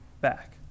back